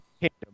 Kingdom